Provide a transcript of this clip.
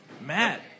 Matt